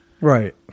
Right